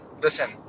listen